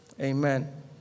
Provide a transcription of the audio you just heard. Amen